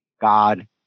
God